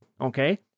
okay